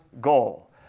goal